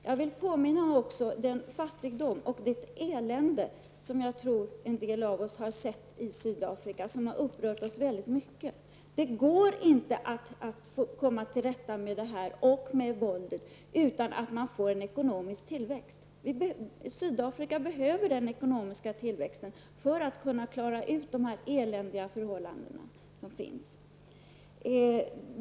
Jag vill också påminna om den fattigdom och det elände som jag tror att en del av oss har sett i Sydafrika och som har upprört oss väldigt mycket. Det går inte att komma till rätta med fattigdomen och med våldet utan att man får en ekonomisk tillväxt. Sydafrika behöver den ekonomiska tillväxten för att kunna klara ut dessa eländiga förhållanden.